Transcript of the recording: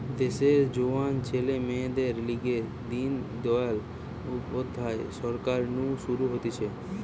দেশের জোয়ান ছেলে মেয়েদের লিগে দিন দয়াল উপাধ্যায় সরকার নু শুরু হতিছে